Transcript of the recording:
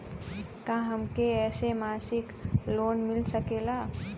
का हमके ऐसे मासिक लोन मिल सकेला?